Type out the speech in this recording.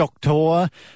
doctor